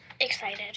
Excited